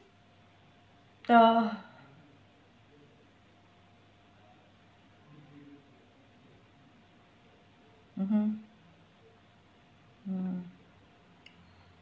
uh mmhmm mm